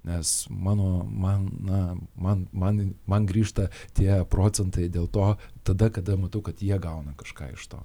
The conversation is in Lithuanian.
nes mano man na man man man grįžta tie procentai dėl to tada kada matau kad jie gauna kažką iš to